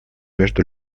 между